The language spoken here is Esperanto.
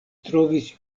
trovis